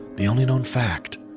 the only known fact,